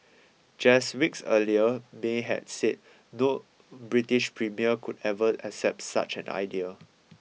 just weeks earlier May had said no British premier could ever accept such an idea